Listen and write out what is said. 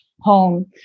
home